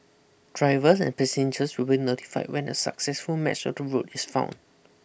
drivers and passengers will be notify when a successful match of the route is found